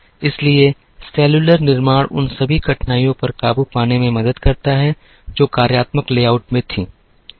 इसलिए सेलुलर निर्माण उन सभी कठिनाइयों पर काबू पाने में मदद करता है जो कार्यात्मक लेआउट में थीं